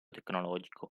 tecnologico